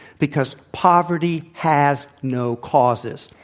because poverty has no causes.